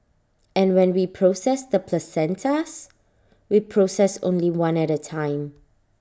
and when we process the placentas we process only one at A time